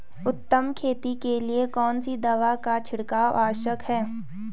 उत्तम खेती के लिए कौन सी दवा का छिड़काव आवश्यक है?